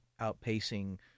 outpacing